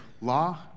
law